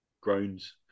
Groans